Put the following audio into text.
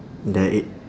that i~